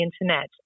internet